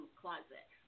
closet